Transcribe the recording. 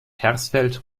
hersfeld